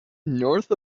north